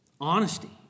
Honesty